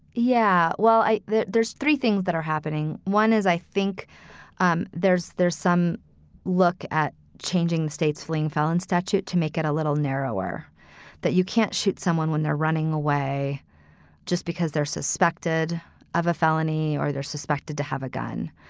yeah, well, there's three things that are happening. one is i think um there's there's some look at changing the states fleeing felon statute to make it a little narrower that you can't shoot someone when they're running away just because they're suspected of a felony or they're suspected to have a gun.